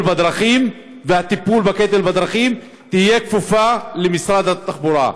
בדרכים והטיפול בקטל בדרכים תהיה כפופה למשרד התחבורה.